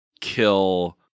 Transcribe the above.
kill